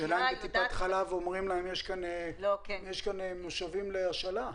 השאלה אם בטיפות חלב אומרים להם שיש מושבים להשאלה.